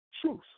truth